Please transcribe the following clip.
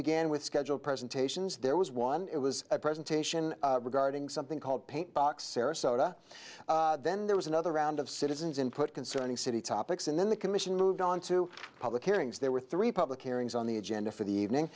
began with schedule presentations there was one it was a presentation regarding something called paint box sarasota then there was another round of citizens input concerning city topics and then the commission moved on to public hearings there were three public hearings on the agenda for the evening